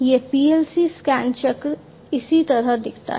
यह PLC scan चक्र इसी तरह दिखता है